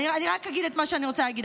אני רק אגיד את מה שאני רוצה להגיד,